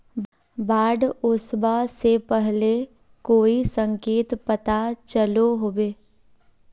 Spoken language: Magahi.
बाढ़ ओसबा से पहले कोई संकेत पता चलो होबे?